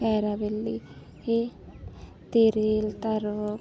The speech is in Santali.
ᱠᱟᱭᱨᱟ ᱵᱤᱞᱤ ᱛᱮᱨᱮᱞ ᱛᱟᱨᱚᱵᱽ